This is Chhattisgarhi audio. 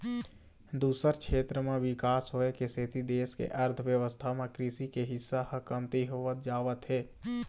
दूसर छेत्र म बिकास होए के सेती देश के अर्थबेवस्था म कृषि के हिस्सा ह कमती होवत जावत हे